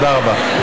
תודה רבה.